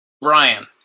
Brian